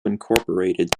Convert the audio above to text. incorporated